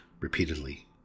repeatedly